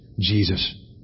Jesus